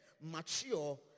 mature